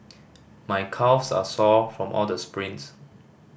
my calves are sore from all the sprints